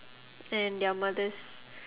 and their mothers